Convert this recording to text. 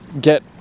get